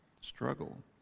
struggle